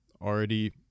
already